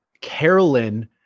Carolyn